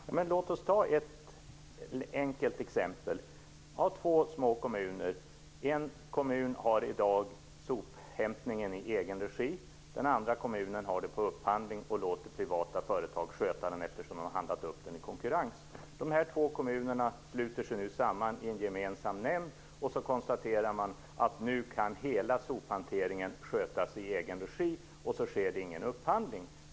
Herr talman! Låt oss ta ett enkelt exempel. Av två små kommuner har en kommun sophämtningen i egen regi i dag och den andra har det på upphandling och låter privata företag sköta den eftersom de har handlat upp den i konkurrens. Dessa två kommuner sluter sig nu samman i en gemensam nämnd och konstaterar att hela sophanteringen kan skötas i egen regi, och då sker det ingen upphandling.